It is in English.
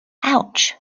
ouch